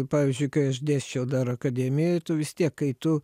pavyzdžiui kai aš dėsčiau dar akademijoj vis tiek kai tu